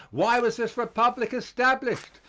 why was this republic established?